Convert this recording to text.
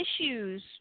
issues